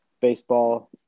baseball